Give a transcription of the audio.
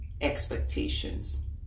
expectations